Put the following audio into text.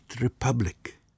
republic